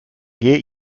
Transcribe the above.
get